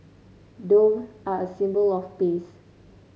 dove are a symbol of peace